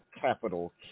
capital